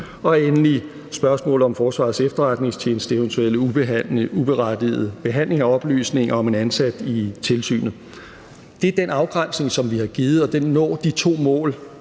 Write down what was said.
og endelig spørgsmålet om Forsvarets Efterretningstjenestes eventuelle uberettigede behandling af oplysninger om en ansat i tilsynet. Det er den afgrænsning, som vi har foretaget, og den står på de fire